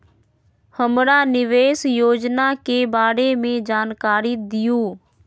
हमरा निवेस योजना के बारे में जानकारी दीउ?